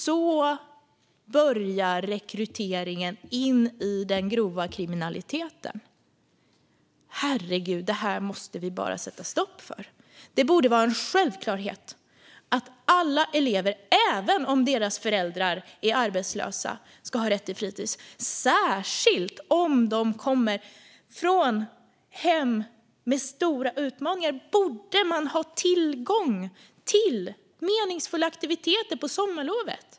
Så börjar rekryteringen in i den grova kriminaliteten. Herregud, det måste vi bara sätta stopp för! Det borde vara en självklarhet att alla elever även om deras föräldrar är arbetslösa ska ha rätt till fritis. Särskilt om de kommer från hem med stora utmaningar borde de ha tillgång till meningsfulla aktiviteter på sommarlovet.